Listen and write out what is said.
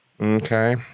Okay